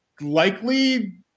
likely